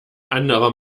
anderer